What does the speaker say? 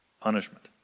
Punishment